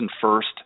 first